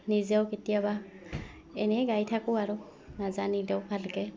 নিজেও কেতিয়াবা এনেই গাই থাকোঁ আৰু নাজানিলেও ভালকৈ